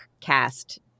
cast